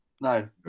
No